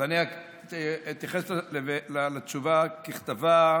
אז אני אתייחס לתשובה ככתבה,